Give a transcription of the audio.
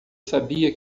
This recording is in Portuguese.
sabia